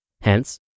Hence